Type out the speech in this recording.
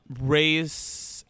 race